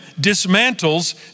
dismantles